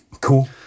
Cool